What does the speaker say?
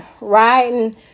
riding